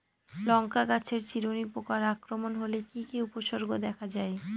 লঙ্কা গাছের চিরুনি পোকার আক্রমণ হলে কি কি উপসর্গ দেখা যায়?